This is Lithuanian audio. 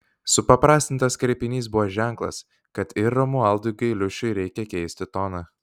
supaprastintas kreipinys buvo ženklas kad ir romualdui gailiušiui reikia keisti toną